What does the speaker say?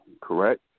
correct